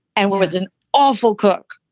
and what was an awful cook,